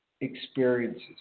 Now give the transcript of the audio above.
experiences